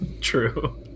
True